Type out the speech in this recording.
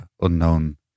unknown